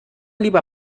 lieber